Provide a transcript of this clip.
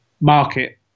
market